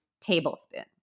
tablespoon